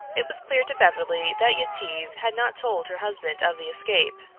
it was clear to beverly that yetive had not told her husband of the escape.